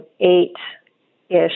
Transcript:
eight-ish